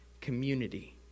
community